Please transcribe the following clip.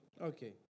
Okay